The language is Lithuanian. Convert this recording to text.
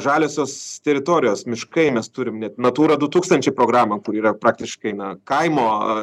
žaliosios teritorijos miškai mes turim net natura du tūkstančiai programą kur yra praktiškai na kaimo